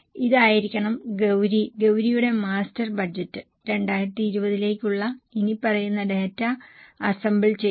ഇതായിരിക്കണം ഗൌരി ഗൌരിയുടെ master budget 2020 ലേക്കുള്ള ഇനിപ്പറയുന്ന ഡാറ്റ അസംബിൾ ചെയ്തു